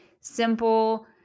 simple